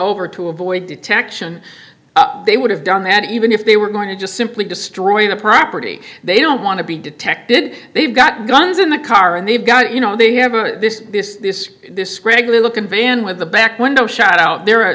over to avoid detection they would have done that even if they were going to just simply destroy the property they don't want to be detected they've got guns in the car and they've got you know they have this this this this scraggly looking van with the back window shot out there are